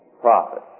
Prophets